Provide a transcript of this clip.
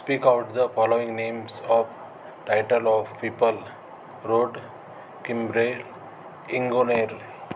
speak out the following names of title of people road किंब्रेर इंगोनेर